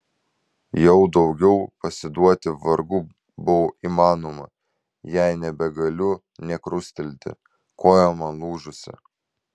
jau daugiau pasiduoti vargu bau įmanoma jei nebegaliu nė krustelėti koja man lūžusi